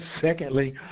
Secondly